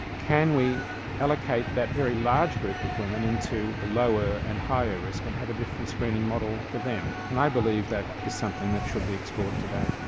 can we allocate that very large group of women into lower and higher risk and have a different screening model for them. and i believe that this is something that should be explored today.